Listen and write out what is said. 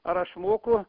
ar aš moku